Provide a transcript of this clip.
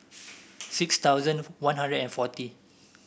six thousand One Hundred and forty